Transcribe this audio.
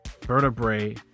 vertebrae